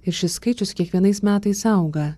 ir šis skaičius kiekvienais metais auga